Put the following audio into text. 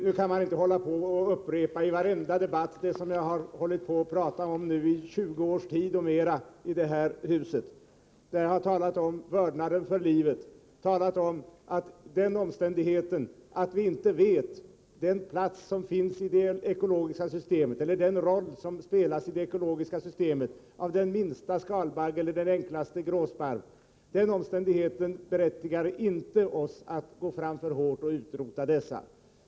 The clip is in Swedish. Nu kan man inte upprepa i varenda debatt det som jag har pratat om i 20 års tid och mera i riksdagen, där jag har talat om vördnaden för livet, att den omständigheten att vi inte vet vilken roll som spelas i det ekologiska systemet av den minsta skalbagge eller den enklaste gråsparv inte berättigar oss till att gå fram för hårt och utrota dessa.